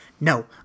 No